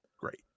great